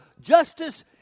justice